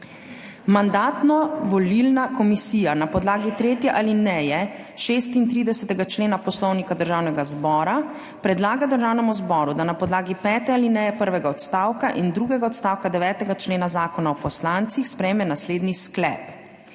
Mandatno-volilna komisija na podlagi tretje alineje 36. člena Poslovnika Državnega zbora predlaga Državnemu zboru, da na podlagi pete alineje prvega odstavka in drugega odstavka 9. člena Zakona o poslancih sprejme naslednji sklep: